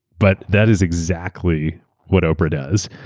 but that is exactly what oprah does.